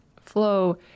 flow